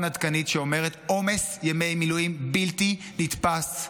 עדכנית שאומרת עומס ימי מילואים בלתי נתפס,